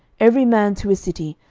every man to his city,